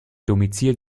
domizil